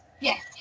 Yes